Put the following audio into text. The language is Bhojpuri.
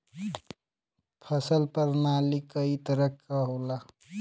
फसल परनाली कई तरह क होला